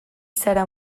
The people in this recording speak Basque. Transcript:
zara